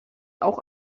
auch